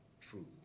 true